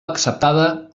acceptada